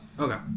Okay